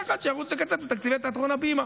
יהיה אחד שירוץ לקצץ בתקציבי תיאטרון הבימה.